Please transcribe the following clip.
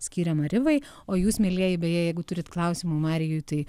skiriama rivai o jūs mielieji beje jeigu turit klausimų marijui tai